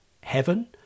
heaven